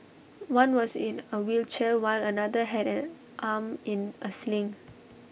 one was in A wheelchair while another had an arm in A sling